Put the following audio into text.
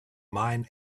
mine